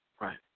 Right